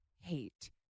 hate